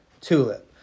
TULIP